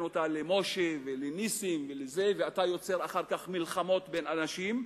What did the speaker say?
אותה למשה ולנסים ויוצר אחר כך מלחמות בין אנשים,